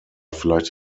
vielleicht